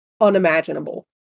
unimaginable